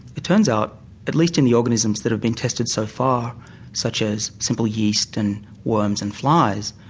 it turns out at least in the organisms that have been tested so far such as simple yeast and worms and flies,